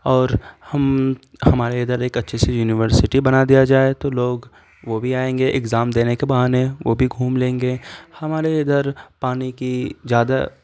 اور ہم ہمارے ادھر ایک اچھی سی یونیورسٹی بنا دیا جائے تو لوگ وہ بھی آئیں گے اگزام دینے کے بہانے وہ بھی گھوم لیں گے ہمارے ادھر پانی کی زیادہ